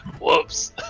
Whoops